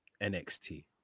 NXT